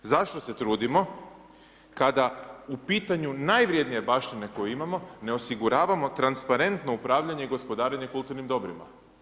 Zašto se trudimo kada u pitanju najvrednije baštine koju imamo ne osiguravamo transparentno upravljanje i gospodarenje kulturnim dobrima.